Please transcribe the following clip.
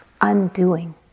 undoing